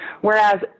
Whereas